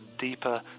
deeper